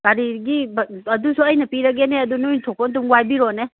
ꯒꯥꯔꯤꯒꯤ ꯑꯗꯨꯁꯨ ꯑꯩꯅ ꯄꯤꯔꯒꯦꯅꯦ ꯑꯗꯨ ꯅꯣꯏ ꯊꯣꯛꯄ ꯑꯗꯨꯝ ꯋꯥꯏꯕꯤꯔꯣꯅꯦ